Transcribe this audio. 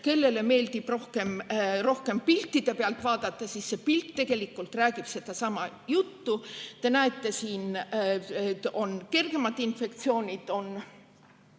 kellele meeldib rohkem piltide pealt vaadata, siis see pilt tegelikult räägib sedasama juttu. Te näete, et siin on kergemad infektsioonid teie